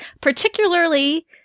particularly